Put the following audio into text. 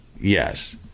Yes